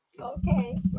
Okay